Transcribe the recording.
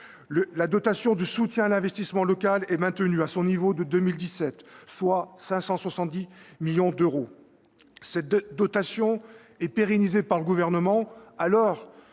La dotation de soutien à l'investissement local, la DSIL, est maintenue à son niveau de 2017, soit 570 millions d'euros. Cette dotation est pérennisée par le Gouvernement,